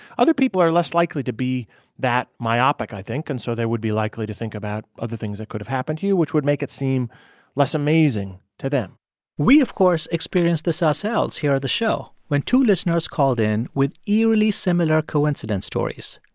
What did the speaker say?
other people are less likely to be that myopic, i think, and so they would be likely to think about other things that could have happened to you, which would make it seem less amazing to them we, of course, experienced this ourselves here on the show when two listeners called in with eerily similar coincidence stories.